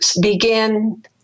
begin